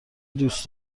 دوست